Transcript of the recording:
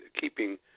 keeping